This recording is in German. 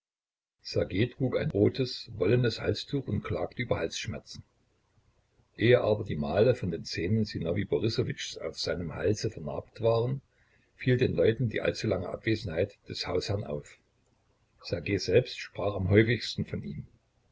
trug ein rotes wollenes halstuch und klagte über halsschmerzen ehe aber die male von den zähnen sinowij borissowitschs auf seinem halse vernarbt waren fiel den leuten die allzu lange abwesenheit des hausherrn auf ssergej selbst sprach am häufigsten von ihm